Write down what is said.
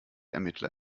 ermittler